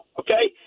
okay